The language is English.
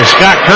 Scott